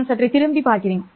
நான் திரும்பிச் செல்லட்டும்